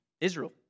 Israel